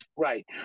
Right